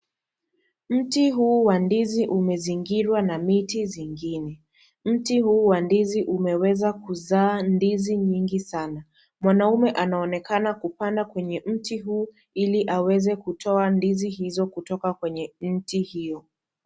Mti huu wa ndizi umezingirwa na miti zingine, mti huu wa ndizi umeweza kuzaa ndizi nyingi sana, mwanaume anaonekana kupanda kwenye mti huu ili aweze kutoa ndizi hizo kutoka kwenye miti hio.